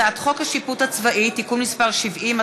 הצעת חוק השיפוט הצבאי (תיקון מס' 70),